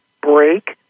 break